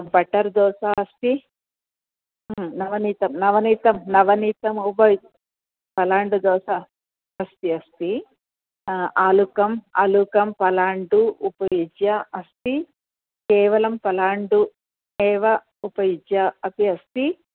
butter dosa अस्ति नवनीतं नवनीतं नवनीतम् उपयु पलाण्डुदोसा अस्ति अस्ति आलूकम् आलूकं पलाण्डुम् उपयुज्य अस्ति केवलं पलाण्डुः एव उपयुज्य अपि अस्ति